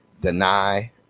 deny